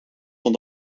van